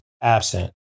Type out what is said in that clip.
absent